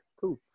cool